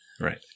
Right